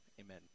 amen